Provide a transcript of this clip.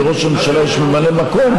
לראש ההמשלה יש ממלא מקום,